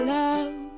love